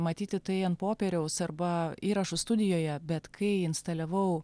matyti tai ant popieriaus arba įrašų studijoje bet kai instaliavau